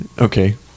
okay